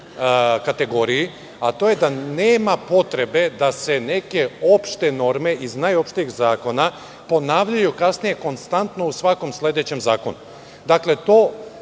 kategoriji; a to je da nema potrebe da se neke opšte norme iz najopštijeg zakona ponavljaju kasnije konstantno u svakom sledećem zakonu. Dakle to